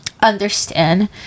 understand